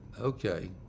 okay